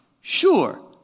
Sure